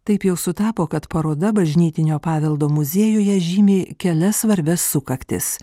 taip jau sutapo kad paroda bažnytinio paveldo muziejuje žymi kelias svarbias sukaktis